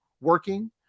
working